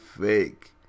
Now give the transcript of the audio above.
fake